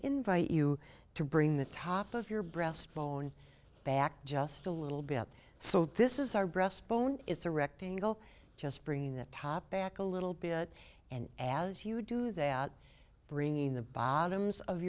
invite you to bring the top of your breast bone back just a little bit so this is our breast bone is a rectangle just bringing the top back a little bit and as you do that bringing the bottoms of